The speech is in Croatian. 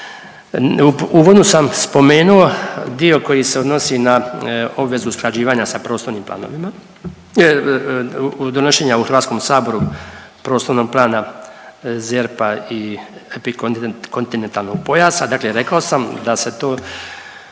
uvodu sam spomenuo dio koji se odnosi na obvezu usklađivanja sa prostornim planovima, donošenja u Hrvatskom saboru prostornog plana ZERP-a i epikontinentalnog pojasa. Dakle, rekao sam da se to,